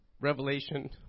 Revelation